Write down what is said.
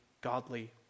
godly